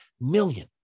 million